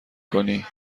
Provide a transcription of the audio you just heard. کنی